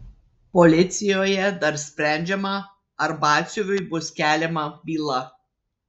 policijoje dar sprendžiama ar batsiuviui bus keliama byla